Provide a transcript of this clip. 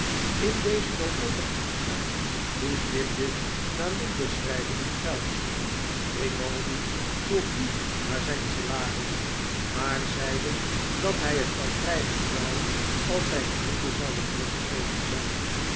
in dezen noodlottigen toestand moest dibdin naar londen schryven om geld grimaldi vroeg niet naar zijn salaris maar zeide dat hij het wel krijgen zou als zij in londen zouden teruggekomen zijn